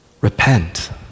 Repent